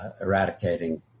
eradicating